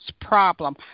problem